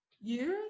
years